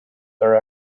their